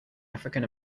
african